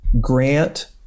Grant